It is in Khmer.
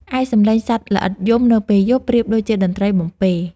ឯសំឡេងសត្វល្អិតយំនៅពេលយប់ប្រៀបដូចជាតន្ត្រីបំពេរ។